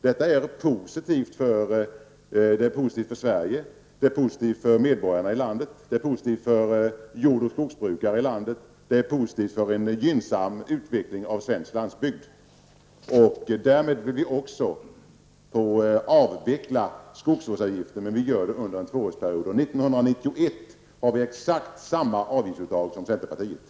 Detta är positivt för Sverige, för dess medborgare, för skogs och jordbrukare i landet och för en gynnsam utveckling av svensk landsbygd. Vi vill slutligen avveckla skogsvårdsavgiften under en tvåårsperiod. För år 1991 har vi exakt samma avgiftsuttag som centerpartiet.